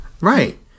right